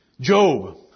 Job